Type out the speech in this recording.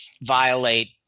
violate